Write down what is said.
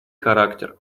характер